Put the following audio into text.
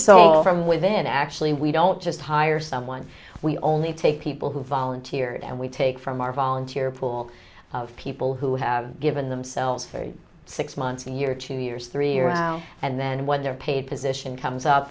soul from within actually we don't just hire someone we only take people who volunteered and we take from our volunteer pool of people who have given themselves very six months a year two years three around and then when they're paid position comes up